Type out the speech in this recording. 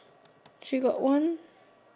she got one